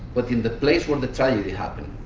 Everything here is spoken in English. but in the place where the tragedy happened,